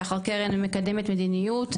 שחר קרן מקדמת מדיניות,